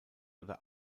oder